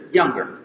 younger